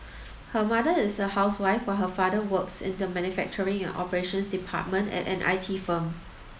her mother is a housewife while her father works in the manufacturing and operations department at an I T firm